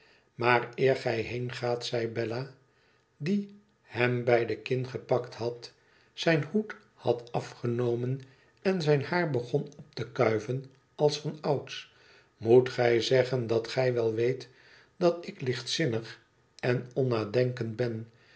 maar eer gij heengaat zei bella die hem bij de kin gepakt had zijn hoed had afgenomen en zijn haar begon op te kuiven als vanouds moet gij zeggen dat gij wel weet dat ik lichtzinnig en onnadenkend ben